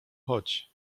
chodź